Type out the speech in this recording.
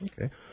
Okay